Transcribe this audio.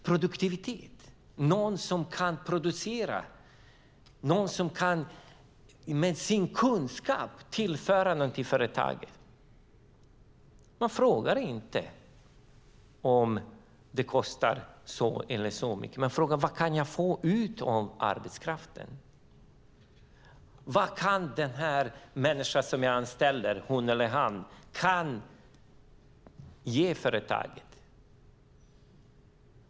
Produktivitet, någon som kan producera, någon som med sin kunskap kan tillföra företaget något. Man frågar inte om det kostar si eller så mycket. Man frågar: Vad kan jag få ut av arbetskraften? Vad kan den människa som jag anställer, hon eller han, ge företaget?